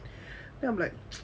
then I'm like